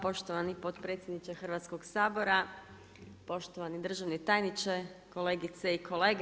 Poštovani potpredsjedniče Hrvatskog sabora, poštovani državni tajniče, kolegice i kolege.